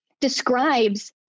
describes